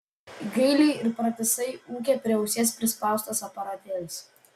gailiai ir pratisai ūkia prie ausies prispaustas aparatėlis